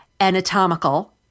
anatomical